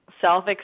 self